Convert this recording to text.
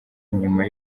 nyuma